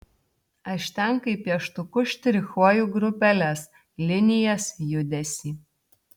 aš ten kaip pieštuku štrichuoju grupeles linijas judesį